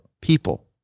people